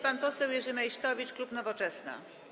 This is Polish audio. Pan poseł Jerzy Meysztowicz, klub Nowoczesna.